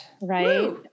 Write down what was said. right